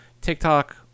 TikTok